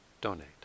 donate